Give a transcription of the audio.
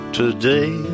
today